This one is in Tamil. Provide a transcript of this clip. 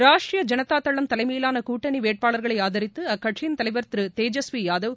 ராஷ்ட்ரிய ஜனதா தளம் தலைமையிலான கூட்டணி வேட்பாளர்களை ஆதரித்து அக்கட்சியின் தலைவர் திரு தேஜஸ்வி யாதவ்